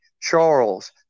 charles